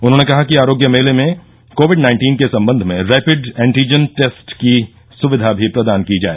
उन्होंने कहा कि आरोग्य मेले में कोविड नाइन्टीन के सम्बन्ध में रैपिड एण्टीजन टेस्ट की सुविधा भी प्रदान की जाए